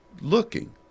looking